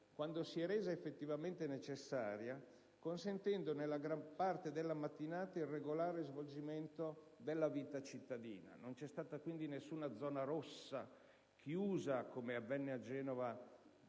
quando si è resa effettivamente necessaria, consentendo nella gran parte della mattinata il regolare svolgimento della vita cittadina. Non c'è stata quindi nessuna «zona rossa» chiusa (come avvenne a Genova